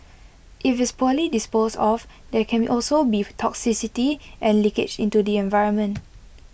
if it's poorly disposed of there can also be toxicity and leakage into the environment